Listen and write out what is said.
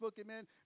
amen